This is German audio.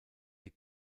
sie